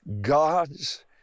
God's